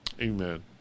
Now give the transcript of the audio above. Amen